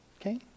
Okay